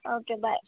okay bye